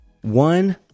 one